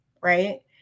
right